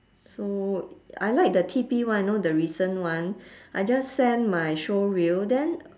so I like the T_P one you know the recent one I just send my showreel then